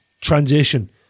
transition